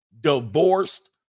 divorced